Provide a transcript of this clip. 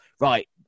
right